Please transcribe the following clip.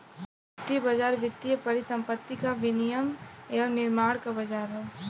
वित्तीय बाज़ार वित्तीय परिसंपत्ति क विनियम एवं निर्माण क बाज़ार हौ